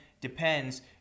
depends